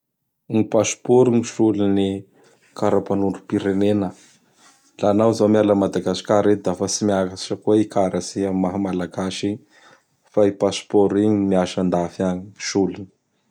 Gny pasiporo gny solon' gny karapanondrom-pirenena. Laha anao izao miala a Madagasikara eto da fa tsy miasa koa i karatsy amin' gny maha Malagasy igny fa i Pasiporo igny gny miasa andafy agny solony.